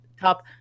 top